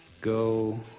go